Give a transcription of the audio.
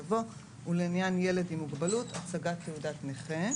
יבוא "ולעניין ילד עם מוגבלות הצגת תעודת נכה".